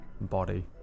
body